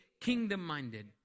kingdom-minded